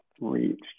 reached